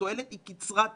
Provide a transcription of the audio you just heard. התועלת היא קצרת טווח.